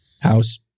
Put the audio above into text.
House